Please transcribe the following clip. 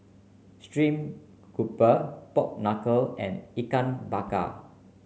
stream grouper Pork Knuckle and Ikan Bakar